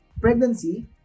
pregnancy